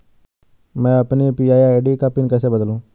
मैं अपनी UPI ID का पिन कैसे बदलूं?